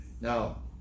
Now